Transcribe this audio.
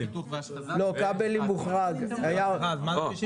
כבלים מוחרג היה עוד.